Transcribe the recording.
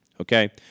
okay